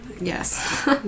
Yes